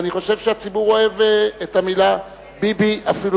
אני חושב שהציבור אוהב את המלה ביבי אפילו